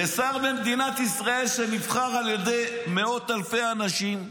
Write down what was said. ושר במדינת ישראל שנבחר על ידי מאות אלפי אנשים,